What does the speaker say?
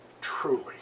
truly